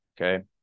okay